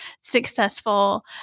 successful